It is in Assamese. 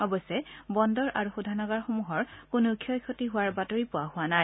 অৱশ্যে বন্দৰ আৰু শোধনাগাৰসমূহৰ কোনো ক্ষয় ক্ষতি হোৱাৰ বাতৰি পোৱা হোৱা নাই